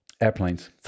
Airplanes